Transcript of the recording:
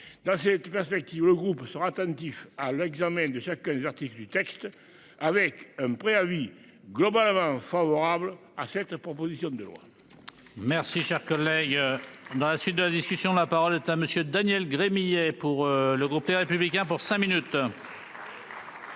Dans cette perspective, le groupe sera attentif à l'examen de chacun des articles du texte avec un préavis globalement favorable à cette proposition de loi. Merci cher collègue. Dans la suite de la discussion. La parole est à Monsieur Daniel Gremillet pour le groupe Les Républicains pour cinq minutes.